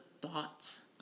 thoughts